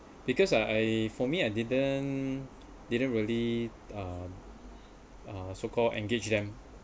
because I I for me I didn't didn't really uh uh so called engage them